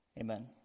Amen